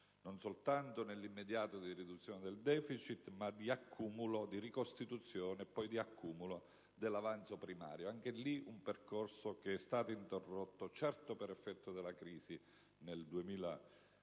non soltanto nell'immediato di riduzione del deficit, ma di ricostituzione e poi di accumulo dell'avanzo primario. Anche in questo caso, un percorso che è stato interrotto, certo per effetto della crisi nel 2009,